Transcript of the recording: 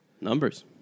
Numbers